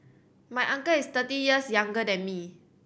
my uncle is thirty years younger than me